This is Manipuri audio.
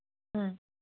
ꯎꯝ